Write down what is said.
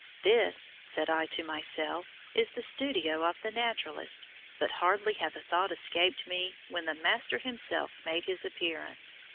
this, said i to myself, is the studio of the naturalist but hardly had the thought escaped me when the master himself made his appearance.